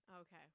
Okay